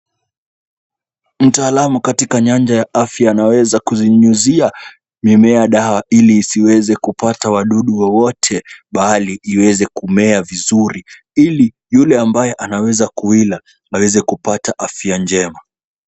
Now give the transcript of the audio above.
Mtaalamu katika nyanja ya afya anaweza kunyunyizia mimea dawa ili isiweze kupata wadudu wowote bali iweze kumea vizuri ili yule ambaye anaweza kuila aweze kupata afya njema.